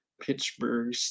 Pittsburgh